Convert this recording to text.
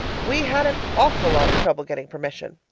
we had an awful lot of trouble getting permission.